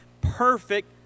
Perfect